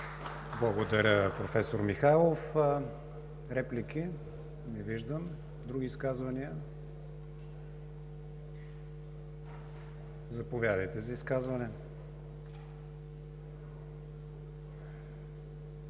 Благодаря, професор Михайлов. Реплики? Не виждам. Други изказвания? Заповядайте за изказване.